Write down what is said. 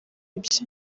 byo